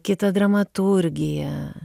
kita dramaturgija